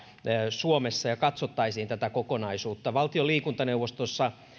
suomessa ja katsottaisiin tätä kokonaisuutta valtion liikuntaneuvostossa